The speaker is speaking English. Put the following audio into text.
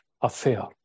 affair